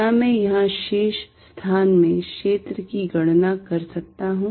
क्या मैं यहां शेष स्थान में क्षेत्र की गणना कर सकता हूं